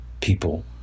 people